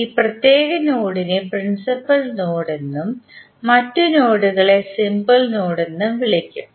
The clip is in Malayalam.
ഈ പ്രത്യേക നോഡിനെ പ്രിൻസിപ്പൽ നോഡ് എന്നും മറ്റ് നോഡുകളെ സിംപിൾ നോഡ് എന്നും വിളിക്കും